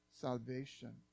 salvation